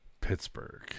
Pittsburgh